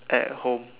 at home